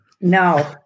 No